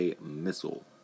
missile